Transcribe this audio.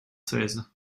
seize